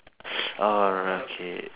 orh okay